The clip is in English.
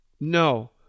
No